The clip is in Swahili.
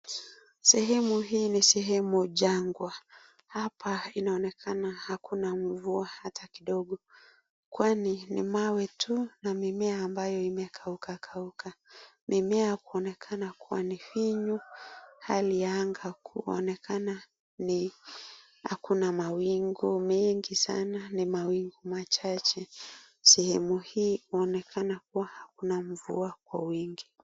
Sehemu hii ni sehemu jangwa. Hapa inaonekana hakuna mvua hata kidogo, kwani ni mawe tu na mimea ambayo imekaukakauka. Mimea kuonekana kuwa ni finyu, hali ya anga kuonekana ni hakuna mawingu mengi sana ni mawingu machache. Sehemu hii huonekana kuwa hakuna mvua kwa wingi.